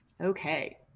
Okay